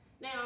Now